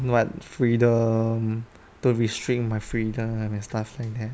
what freedom don't restrict my freedom and stuff like that